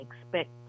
expect